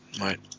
right